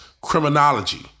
Criminology